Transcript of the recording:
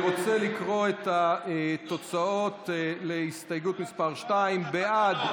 אני רוצה לקרוא את התוצאות להסתייגות מס' 2. בעד,